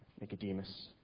Nicodemus